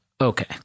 Okay